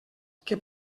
que